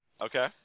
Okay